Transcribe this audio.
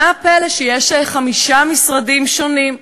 מה פלא שיש חמישה משרדים שונים?